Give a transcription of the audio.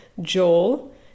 joel